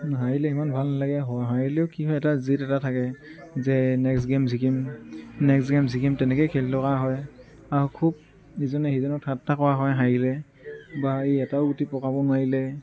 হাৰিলে সিমান ভাল নালাগে হাৰিলেও কি হয় এটা জেদ এটা থাকে যে নেক্সট গেম জিকিম নেক্সট গেম জিকিম তেনেকৈয়ে খেলি থকা হয় আৰু খুব ইজনে সিজনৰ ঠাট্টা কৰা হয় হাৰিলে বা ই এটাও গুটি পকাব নোৱাৰিলে